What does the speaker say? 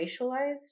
racialized